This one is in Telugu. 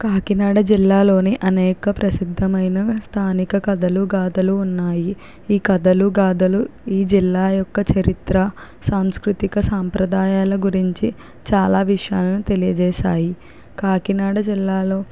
కాకినాడ జిల్లాలోని అనేక ప్రసిద్ధమైన స్థానిక కథలు గాధలు ఉన్నాయి ఈ కథలు గాధలు ఈ జిల్లా యొక్క చరిత్ర సాంస్కృతిక సాంప్రదాయాల గురించి చాలా విషయాల్ను తెలియజేశాయి కాకినాడ జిల్లాలో